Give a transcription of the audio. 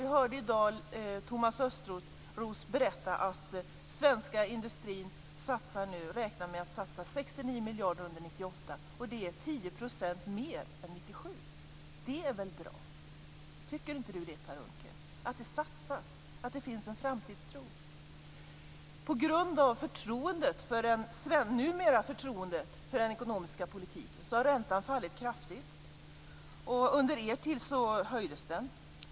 Vi hörde i dag Thomas Östros berätta att den svenska industrin nu räknar med att satsa 69 miljarder under 1998, och det är 10 % mer än 1997. Det är väl bra? Tycker inte Per Unckel att det är bra att det satsas och att det finns en framtidstro? På grund av att det numera finns förtroende för den svenska ekonomiska politiken har räntan fallit kraftigt. Under er tid höjdes den.